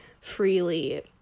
freely